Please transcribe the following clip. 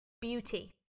beauty